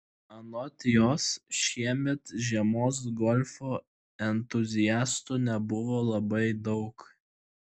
anot jos šiemet žiemos golfo entuziastų nebuvo labai daug